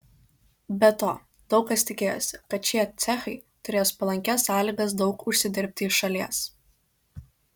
be to daug kas tikėjosi kad šie cechai turės palankias sąlygas daug užsidirbti iš šalies